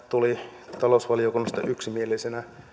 tuli talousvaliokunnasta yksimielisenä